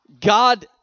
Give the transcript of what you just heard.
God